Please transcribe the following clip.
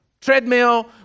treadmill